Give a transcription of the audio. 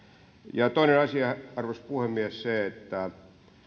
ja toinen asia arvoisa puhemies on se että